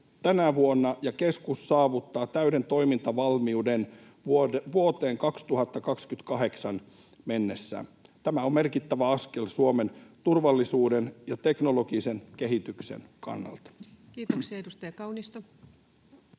tänä vuonna ja keskus saavuttaa täyden toimintavalmiuden vuoteen 2028 mennessä. Tämä on merkittävä askel Suomen turvallisuuden ja teknologisen kehityksen kannalta. Kiitoksia. — Edustaja Kaunisto.